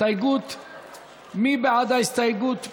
מי בעד ההסתייגות?